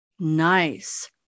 Nice